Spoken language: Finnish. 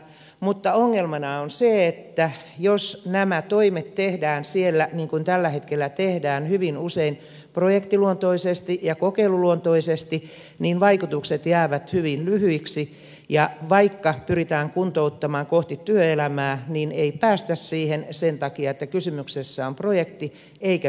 mutta ongelmana on se että jos nämä toimet tehdään siellä niin kuin tällä hetkellä tehdään hyvin usein projektiluontoisesti ja kokeiluluontoisesti niin vaikutukset jäävät hyvin lyhyiksi ja vaikka pyritään kuntouttamaan kohti työelämää niin ei päästä siihen sen takia että kysymyksessä on projekti eikä pitkäjänteinen työ